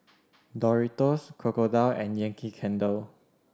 Doritos Crocodile and Yankee Candle